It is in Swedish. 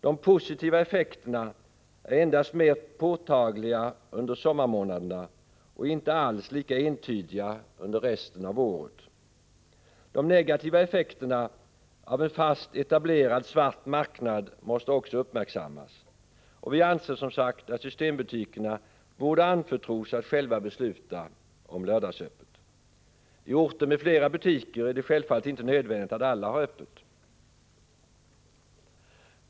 De positiva effekterna är mer påtagliga endast under sommarmånaderna och inte alls lika entydiga under resten av året. De negativa effekterna av en fast etablerad svart marknad måste också uppmärksammas. Vi anser som sagt att systembutikerna borde anförtros att själva besluta om lördagsöppet. I orter med flera butiker är det självfallet inte nödvändigt att alla har öppet.